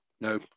no